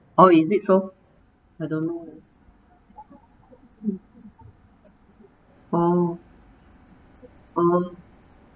oh is it so I don't know oh oh